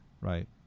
right